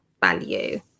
value